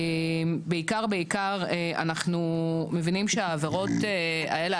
בעיקר אנחנו מבינים שהעבירות האלה,